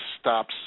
stops